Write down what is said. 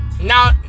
now